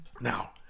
Now